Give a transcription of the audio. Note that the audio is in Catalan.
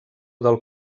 del